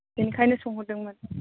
बेनिखायनो सोंहरदोंमोन